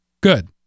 Good